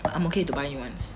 I'm okay to buy new [one]